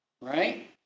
Right